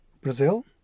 Brazil